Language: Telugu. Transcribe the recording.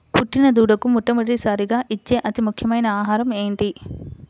పుట్టిన దూడకు మొట్టమొదటిసారిగా ఇచ్చే అతి ముఖ్యమైన ఆహారము ఏంటి?